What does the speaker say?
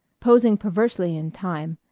posing perversely in time,